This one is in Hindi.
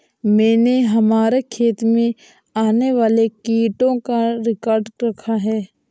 मैंने हमारे खेत में आने वाले कीटों का रिकॉर्ड रखा है